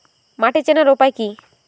মাটি চেনার উপায় কি?